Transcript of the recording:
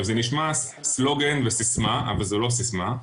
זה נשמע סלוגן וסיסמא אבל זה לא סיסמא.